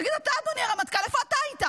תגיד אתה, אדוני הרמטכ"ל, איפה אתה היית?